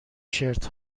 شرت